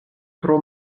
tro